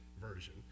version